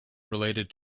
related